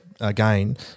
Again